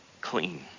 clean